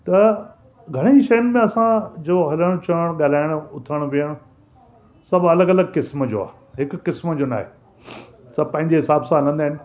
त घणेई शइनि में असां जो हलणु चलणु ॻाल्हाइणु उथणु विहणु सभु अलॻि अलॻि क़िस्म जो आहे हिक क़िस्म जो नाहे सभु पंहिंजे हिसाब सां हलंदा आहिनि